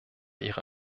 ihre